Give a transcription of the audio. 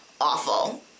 awful